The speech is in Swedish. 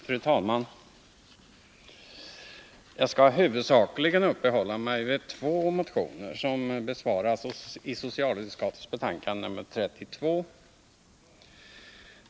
Fru talman! Jag skall huvudsakligen uppehålla mig vid två motioner som besvaras i socialutskottets betänkande nr 32.